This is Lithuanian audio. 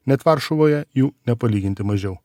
net varšuvoje jų nepalyginti mažiau